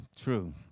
true